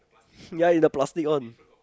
ya in the plastic one